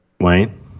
Wayne